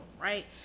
right